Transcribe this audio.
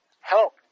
help